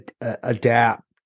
adapt